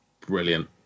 brilliant